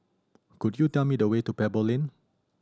could you tell me the way to Pebble Lane